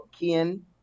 Ken